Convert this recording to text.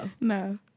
No